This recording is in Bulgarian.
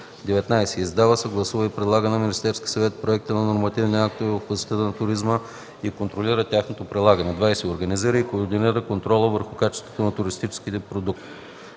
19. издава, съгласува и предлага на Министерския съвет проекти на нормативни актове в областта на туризма и контролира тяхното прилагане; 20. организира и координира контрола върху качеството на туристическия продукт;